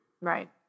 Right